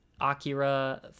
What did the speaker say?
Akira